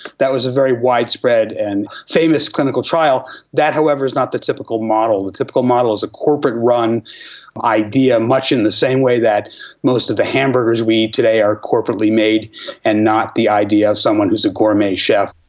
that was a very widespread and famous clinical trial. that however is not the typical model. the typical model is a corporate run idea, much in the same way that most of the hamburgers we eat today are corporately made and not the idea of someone who is a gourmet chef.